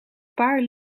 paar